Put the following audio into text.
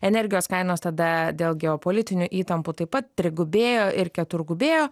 energijos kainos tada dėl geopolitinių įtampų taip pat trigubėjo ir keturgubėjo